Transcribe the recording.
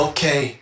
Okay